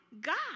God